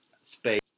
space